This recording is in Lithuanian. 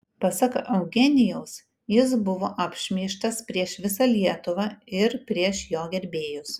pasak eugenijaus jis buvo apšmeižtas prieš visą lietuvą ir prieš jo gerbėjus